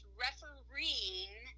refereeing